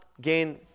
gain